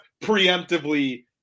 preemptively